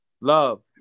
love